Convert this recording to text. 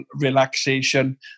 relaxation